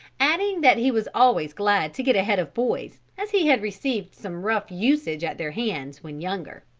adding that he was always glad to get ahead of boys, as he had received some rough usage at their hands when younger.